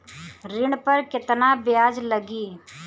ऋण पर केतना ब्याज लगी?